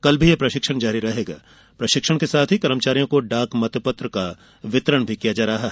कल भी ये प्रशिक्षण जारी रहेगा प्रशिक्षण के साथ ही कर्मचारियों को डाक मतपत्र का भी वितरण किया जा रहा है